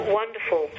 wonderful